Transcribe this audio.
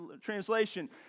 translation